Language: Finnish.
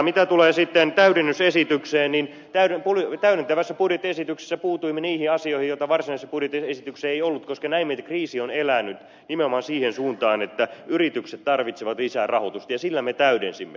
mitä tulee sitten tulee täydennysesitykseen niin täydentävässä budjettiesityksessä puutuimme niihin asioihin joita varsinaisessa budjettiesityksessä ei ollut koska näimme että kriisi on elänyt nimenomaan siihen suuntaan että yritykset tarvitsevat lisää rahoitusta ja sillä me täydensimme